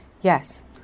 yes